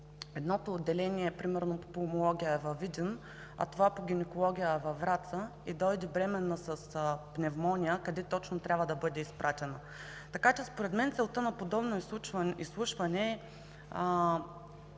едното отделение, примерно по пулмология е във Видин, а това по гинекология е във Враца и дойде бременна с пневмония, къде точно трябва да бъде изпратена? Според мен целта на подобно изслушване е